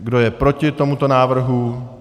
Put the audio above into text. Kdo je proti tomuto návrhu?